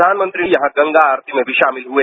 प्रधानमंत्री यहां गंगा आरती में भी शामिल हुए